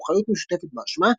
או אחריות משותפת באשמה,